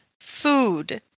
food